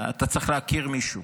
אתה צריך להכיר מישהו,